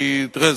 כי תראה,